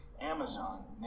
Amazon